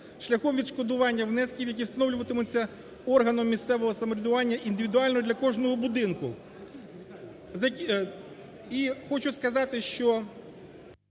шляхом відшкодування внесків, які встановлюватимуться органом місцевого самоврядування індивідуально для кожного будинку. І хочу сказати, що…